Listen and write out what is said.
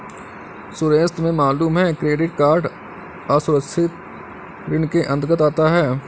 सुरेश तुम्हें मालूम है क्रेडिट कार्ड असुरक्षित ऋण के अंतर्गत आता है